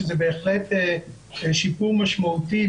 שזה בהחלט שיפור משמעותי,